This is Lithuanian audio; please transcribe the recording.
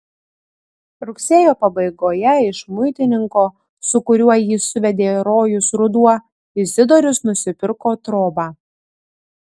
rugsėjo pabaigoje iš muitininko su kuriuo jį suvedė rojus ruduo izidorius nusipirko trobą